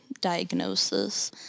diagnosis